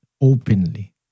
openly